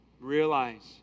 realize